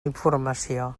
informació